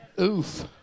Oof